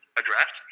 address